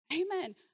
Amen